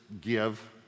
give